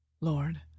Lord